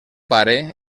pare